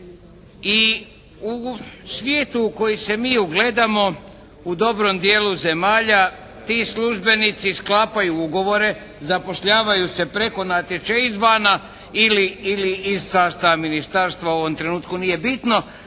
i u svijetu u koji se mi ugledamo u dobrom dijelu zemalja ti službenici sklapaju ugovore, zapošljavaju se preko natječaja i izvana ili iz sastava ministarstva, u ovom trenutku nije bitno,